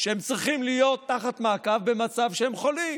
שהם צריכים להיות תחת מעקב במצב שהם חולים?